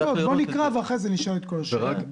בואו נקרא ואחרי כן נשאל את כל השאלות.